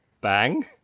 bang